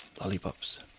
Lollipops